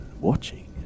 watching